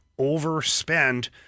overspend